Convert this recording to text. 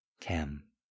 Cam